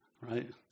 right